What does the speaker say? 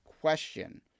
question